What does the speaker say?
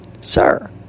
Sir